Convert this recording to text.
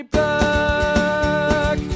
back